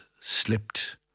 slipped